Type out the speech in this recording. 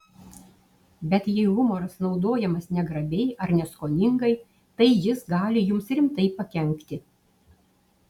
bet jei humoras naudojamas negrabiai ar neskoningai tai jis gali jums rimtai pakenkti